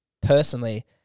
personally